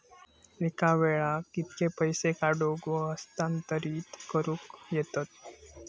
एका वेळाक कित्के पैसे काढूक व हस्तांतरित करूक येतत?